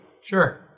Sure